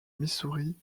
missouri